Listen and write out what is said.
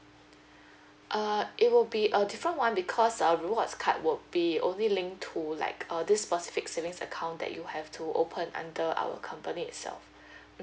err it will be a different one because our rewards card would be only linked to like err this specific savings account that you have to open under our company itself mm